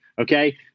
Okay